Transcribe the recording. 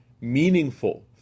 meaningful